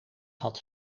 had